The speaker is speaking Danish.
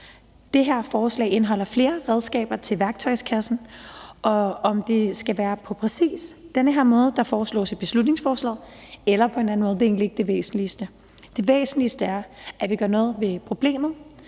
Det her forslag indeholder flere redskaber til værktøjskassen, og om det skal være på præcis den måde, der foreslås i beslutningsforslaget, eller en anden måde, er egentlig ikke det væsentligste. Det væsentligste er, at vi gør noget ved problemet,